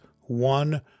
one